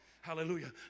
Hallelujah